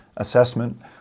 assessment